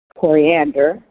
coriander